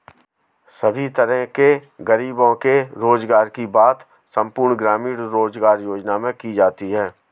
सभी तरह के गरीबों के रोजगार की बात संपूर्ण ग्रामीण रोजगार योजना में की जाती है